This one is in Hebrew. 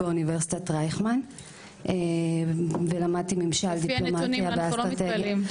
באוניברסיטת רייכמן ולמדתי ממשל --- לפי הנתונים אנחנו לא מתפלאים.